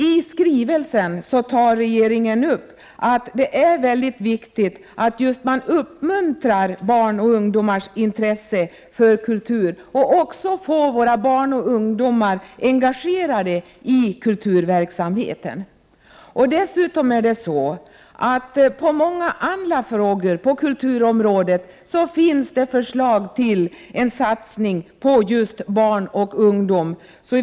I skrivelsen framhåller regeringen upp att det är mycket viktigt att man uppmuntrar barns och ungdomars intresse för kultur och också får våra barn och ungdomar engagerade i kulturverksamheten. Dessutom finns på många andra delar av kulturområdet förslag till satsningar på just barn och ungdom.